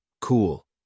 Cool